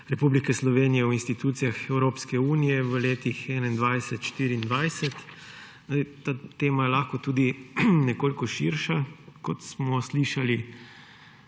Republike Slovenije v institucijah Evropske unije v letih 2021–2024. Ta tema je lahko tudi nekoliko širša, kot smo slišali